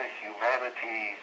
humanity